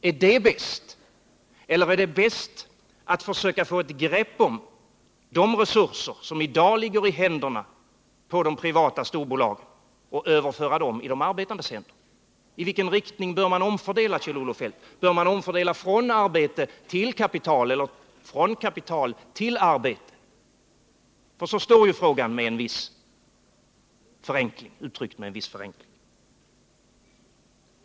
Är detta bäst, eller är det bäst att försöka få ett grepp om de resurser som i dag ligger i händerna på de privata storbolagen och överföra dem i de arbetandes händer? I vilken riktning bör man omfördela, Kjell-Olof Feldt? Bör man omfördela från arbete till kapital eller från kapital till arbete? Så står frågan, uttryckt med en viss förenkling.